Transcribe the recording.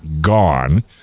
gone